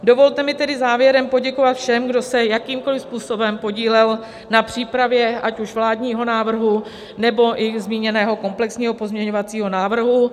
Dovolte mi tedy závěrem poděkovat všem, kdo se jakýmkoliv způsobem podíleli na přípravě ať už vládního návrhu, nebo i zmíněného komplexního pozměňovacího návrhu.